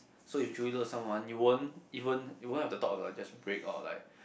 so if you truly love someone you won't you won't you won't have the thought of like just break or like